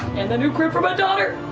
and a new crib for my daughter.